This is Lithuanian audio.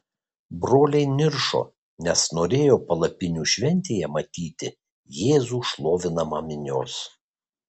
broliai niršo nes norėjo palapinių šventėje matyti jėzų šlovinamą minios